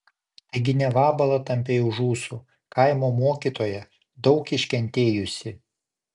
taigi ne vabalą tampei už ūsų kaimo mokytoją daug iškentėjusį